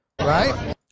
right